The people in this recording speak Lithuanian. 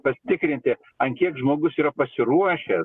pasitikrinti an kiek žmogus yra pasiruošęs